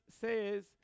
says